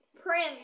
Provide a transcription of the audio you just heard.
Prince